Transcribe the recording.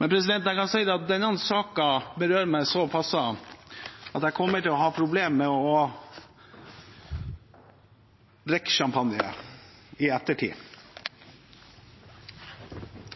men jeg kan si at denne saken berører meg så pass at jeg kommer til å ha problemer med å drikke champagne i ettertid.